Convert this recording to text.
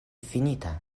fininta